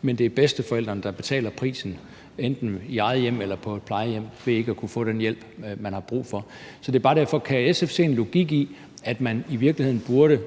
hvor det er bedsteforældrene, der betaler prisen – enten i eget hjem eller på et plejehjem – ved ikke at kunne få den hjælp, man har brug for. Så det er bare derfor, jeg vil høre: Kan SF se en logik i, at man i virkeligheden,